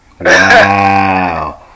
Wow